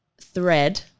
thread